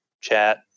chat